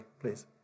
please